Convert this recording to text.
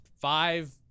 five